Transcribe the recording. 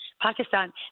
Pakistan